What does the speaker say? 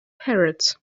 parrots